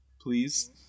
please